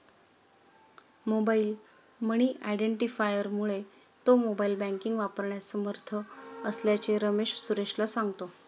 mobile money आयडेंटिफायरमुळे तो mobile banking वापरण्यास समर्थ असल्याचे रमेश सुरेशला सांगतो